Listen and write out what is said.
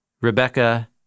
Rebecca